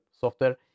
software